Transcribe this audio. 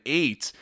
eight